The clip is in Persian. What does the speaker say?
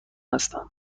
هستم